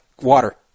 water